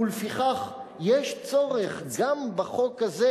ולפיכך יש צורך גם בחוק הזה,